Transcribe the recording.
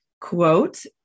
Quote